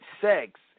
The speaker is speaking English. sex